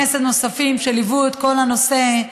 חברי כנסת נוספים שליוו את הנושא,